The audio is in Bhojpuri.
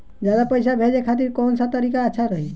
ज्यादा पईसा भेजे खातिर कौन सा तरीका अच्छा रही?